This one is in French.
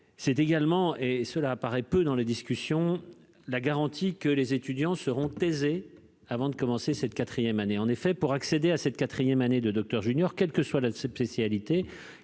C'est également- et cela apparaît peu dans les discussions -la garantie que les étudiants seront thésés avant de commencer la quatrième année. En effet, pour accéder à cette quatrième année de docteur junior, quelle que soit la spécialité,